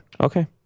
Okay